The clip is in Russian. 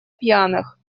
пьяных